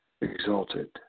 exalted